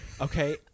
Okay